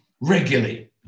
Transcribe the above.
regularly